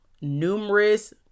numerous